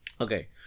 Okay